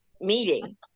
meeting